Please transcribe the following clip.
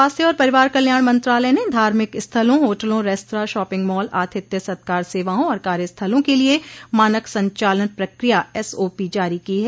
स्वास्थ्य और परिवार कल्याण मंत्रालय ने धार्मिक स्थलों होटलों रेस्तरा शापिंग मॉल आतिथ्य सत्कार सेवाओं और कार्यस्थलों के लिए मानक संचालन प्रक्रिया एसओपी जारी की है